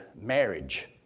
marriage